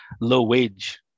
low-wage